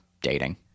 dating